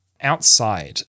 Outside